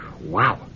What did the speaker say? Wow